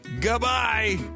Goodbye